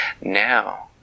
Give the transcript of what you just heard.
Now